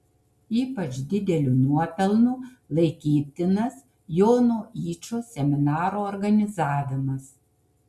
ypač dideliu nuopelnu laikytinas jono yčo seminaro organizavimas